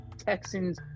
Texans